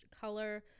color